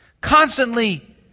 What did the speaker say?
Constantly